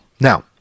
Now